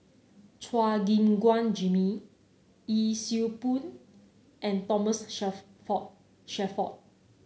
Chua Gim Guan Jimmy Yee Siew Pun and Thomas Shelford Shelford